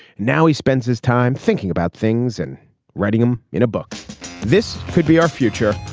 now he spends his time thinking about things and writing them in a book this could be our future.